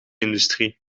industrie